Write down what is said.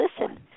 listen